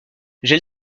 j’ai